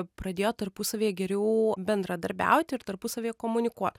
pradėjo tarpusavyje geriau bendradarbiauti ir tarpusavyje komunikuoti